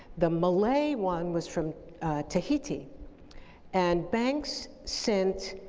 the malay one was from tahiti and banks sent